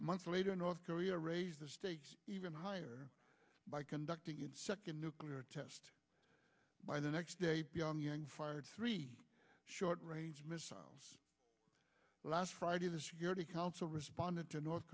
a month later north korea raised the stakes even higher by conducting second nuclear test by the next day on the ng fired three short range missiles last friday the security council responded to north